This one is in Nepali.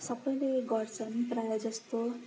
सबैले गर्छन् प्रायः जस्तो